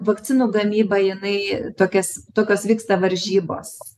vakcinų gamyba jinai tokias tokios vyksta varžybos